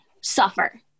Suffer